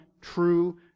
true